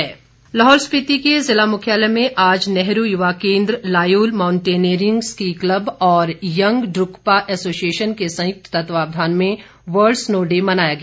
snow day Lahaul Spiti के जिला मुख्यालय में आज नेहरू युवा केंद्र लायुल माउंटनेयरिंग स्की क्लब और यंग ड्रूकपा एसोसिएशन के संयुक्त तत्वाधान में वर्ल्ड स्नो डे मनाया गया